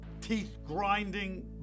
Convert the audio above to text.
teeth-grinding